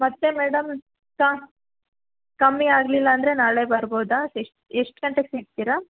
ಮತ್ತು ಮೇಡಂ ಸ ಕಮ್ಮಿ ಆಗಲಿಲ್ಲ ಅಂದರೆ ನಾಳೆ ಬರ್ಬೋದಾ ಎಷ್ಟು ಗಂಟೆಗೆ ಸಿಗ್ತೀರಾ